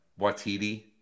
Watiti